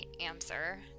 answer